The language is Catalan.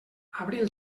abril